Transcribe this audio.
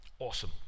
Awesome